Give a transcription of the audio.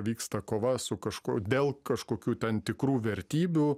vyksta kova su kažkuo dėl kažkokių ten tikrų vertybių